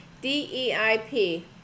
D-E-I-P